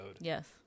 Yes